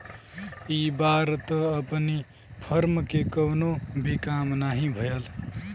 इ बार त अपनी फर्म के कवनो भी काम नाही भयल